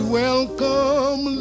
welcome